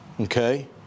Okay